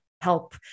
help